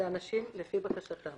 לאנשים לפי בקשתם.